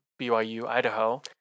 BYU-Idaho